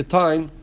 time